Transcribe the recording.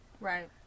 Right